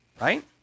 right